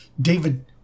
David